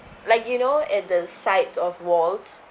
like you know at the sides of walls